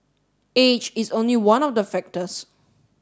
age is only one of the factors